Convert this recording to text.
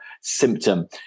symptom